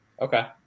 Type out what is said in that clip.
Okay